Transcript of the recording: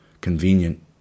convenient